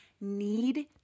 need